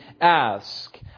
ask